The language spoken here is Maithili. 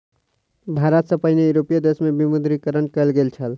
भारत सॅ पहिने यूरोपीय देश में विमुद्रीकरण कयल गेल छल